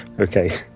Okay